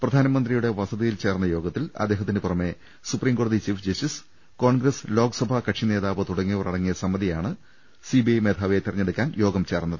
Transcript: പ്രധാനമന്ത്രിയുടെ വസതിയിൽ ചേർന്ന യോഗത്തിൽ അദ്ദേ ഹത്തിന് പുറമെ സുപ്രീം കോടതി ചീഫ് ജസ്റ്റിസ് കോൺഗ്രസ് ലോക്സഭാ കക്ഷി നേതാവ് തുടങ്ങിയവർ അടങ്ങിയ സമിതിയാണ് സിബിഐ മേധാവിയെ തെരഞ്ഞെടുക്കുന്നത്